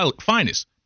finest